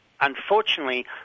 Unfortunately